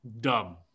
dumb